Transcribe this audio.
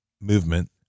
movement